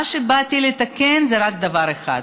מה שבאתי לתקן זה רק דבר אחד: